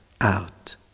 out